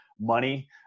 money